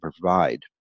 provide